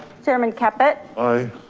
chair um and caput. aye.